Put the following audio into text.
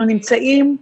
אנחנו נמצאים,